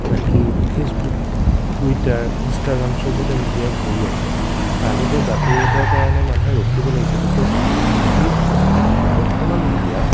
আনকি Facebook Twitter Instagram চবতে মিডিয়াই ভৰি আছে আগতে বাতৰি এটাৰ কাৰণে মানুহে ৰখিব লাগিছিল এতিয়া যি বৰ্তমান মেডিয়াত